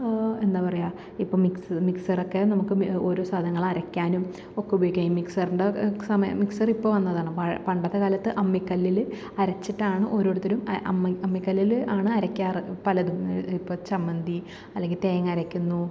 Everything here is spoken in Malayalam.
എന്താ പറയാ ഇപ്പം മിക്സ് മിക്സറക്കെ നമുക്ക് ഓരോ സാധനങ്ങളരക്കാനും ഒക്കെ ഉപയോഗിക്കാം ഈ മിക്സറിൻ്റെ സമയം മിക്സറിപ്പ വന്നതാണ് പ പണ്ടത്തെ കാലത്ത് അമ്മിക്കല്ലിൽ അരച്ചിട്ടാണ് ഓരോരുത്തരും അമ്മി അമ്മിക്കല്ലിൽ ആണ് അരക്കാറ് പലതും ഇപ്പം ചമ്മന്തി അല്ലെങ്കിൽ തേങ്ങാ അരക്കുന്നു